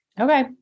Okay